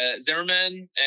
Zimmerman